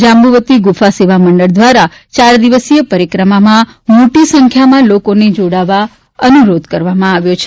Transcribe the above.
જાંબુવતી ગુફા સેવા મંડળ દ્રારા ચાર દિવસય પરિક્રમામાં મોટી સંખ્યામાં લોકોને જોડાવવા અનુરોધ કરવામાં આવ્યો છે